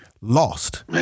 Lost